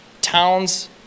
towns